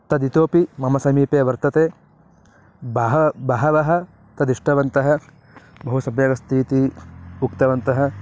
तदितोपि मम समीपे वर्तते बह बहवः तद् इष्टवन्तः बहुसम्यगस्तीति उक्तवन्तः